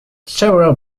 several